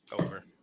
Over